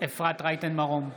אפרת רייטן מרום,